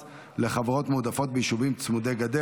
הצבעה.